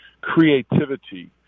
creativity